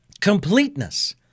completeness